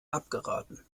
abgeraten